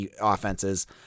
offenses